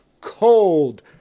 Cold